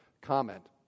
comment